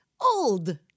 old